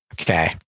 Okay